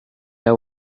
are